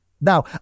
Now